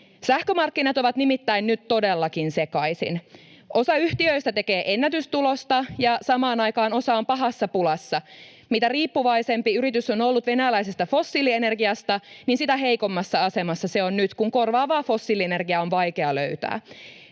Sähkömarkkinat ovat nimittäin nyt todellakin sekaisin. Osa yhtiöistä tekee ennätystulosta, ja samaan aikaan osa on pahassa pulassa. Mitä riippuvaisempi yritys on ollut venäläisestä fossiilienergiasta, sitä heikommassa asemassa se on nyt, kun korvaavaa fossiilienergiaa on vaikea löytää.